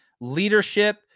Leadership